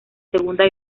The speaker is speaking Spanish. segunda